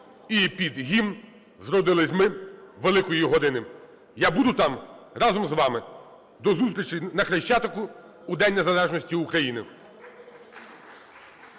і під гімн "Зродились ми великої години". Я буду там разом з вами. До зустрічі на Хрещатику у День незалежності України.